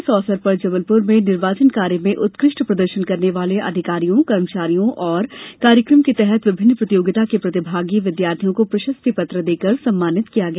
इस अवसर पर जबलपुर में निर्वाचन कार्य में उत्कृष्ट प्रदर्शन करने वाले अधिकारियों कर्मचारियों तथा कार्यक्रम के तहत विभिन्न प्रतियोगिता के प्रतिभागी विद्यार्थियों को प्रशस्ति पत्र देकर सम्मानित किया गया